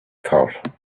thought